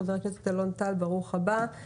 חבר הכנסת אלון טל, ברוך הבא.